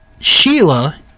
Sheila